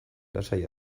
lasai